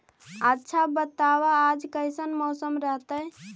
आच्छा बताब आज कैसन मौसम रहतैय?